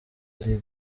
libiya